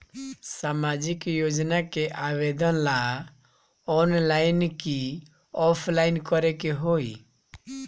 सामाजिक योजना के आवेदन ला ऑनलाइन कि ऑफलाइन करे के होई?